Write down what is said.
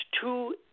two